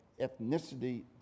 ethnicity